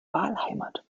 wahlheimat